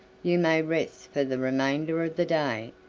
you may rest for the remainder of the day,